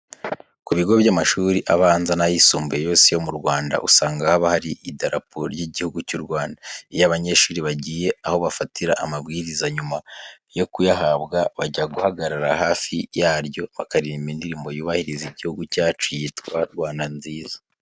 Ku bigo by'amashuri abanza n'ayisumbuye yose yo mu Rwanda usanga haba hari Idarapo ry'igihugu cy'u Rwanda. Iyo abanyeshuri bagiye aho bafatira amabwiriza, nyuma yo kuyahabwa bajya guhagarara hafi yaryo bakaririmba indirimbo yubahiriza Igihugu cyacu yitwa Rwanda nziza.